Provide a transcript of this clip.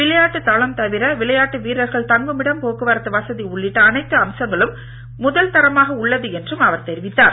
விளையாட்டு தளம் தவிர விளையாட்டு வீரர்கள் தங்குமிடம் போக்குவரத்து வசதி உள்ளிட்ட அனைத்து அம்சங்களும் முதல் தரமாக உள்ளது என்றும் அவர் தெரிவித்தார்